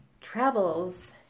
travels